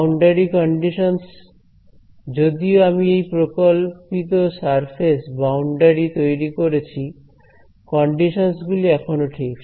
boundary conditions যদিও আমি প্রকল্পিত সারফেস বাউন্ডারি তৈরি করেছি কন্ডিশনস গুলি এখনো ঠিক